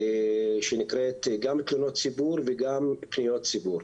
שנקראת גם תלונות ציבור וגם פניות ציבור.